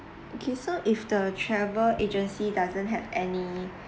okay so if the travel agency doesn't have any